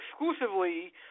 exclusively